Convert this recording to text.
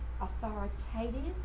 authoritative